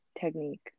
technique